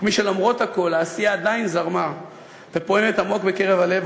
וכמי שלמרות הכול העשייה עדיין זרמה ופעמה עמוק בקרב לבו,